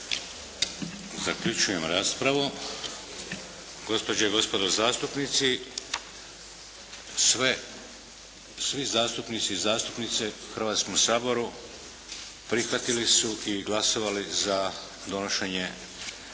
Zaključujem raspravu. Gospođe i gospodo zastupnici sve, svi zastupnici i zastupnice u Hrvatskom saboru prihvatili su i glasovali za donošenje Zakona